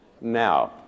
Now